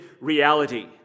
reality